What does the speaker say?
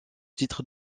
titre